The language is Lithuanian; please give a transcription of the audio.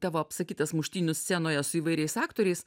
tavo apsakytas muštynių scenoje su įvairiais aktoriais